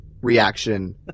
reaction